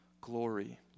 glory